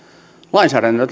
lainsäädännöt